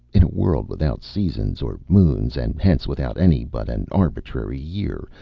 in a world without seasons or moons, and hence without any but an arbitrary year,